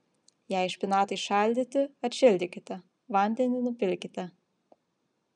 jei špinatai šaldyti atšildykite vandenį nupilkite